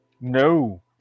No